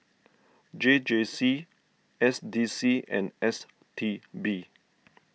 J J C S D C and S T B